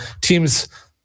teams